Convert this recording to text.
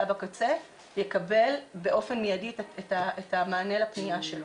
בקצה יקבל באופן מיידי את המענה לפנייה שלו.